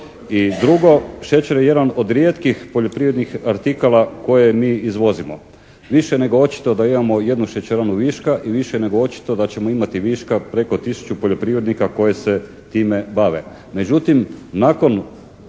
i drugo, šećer je jedan od rijetkih poljoprivrednih artikala koje mi izvozimo. Više je nego očito da imamo jednu šećeranu viška i više je nego očito da ćemo imati viška preko 1000 poljoprivrednika koji se time bave.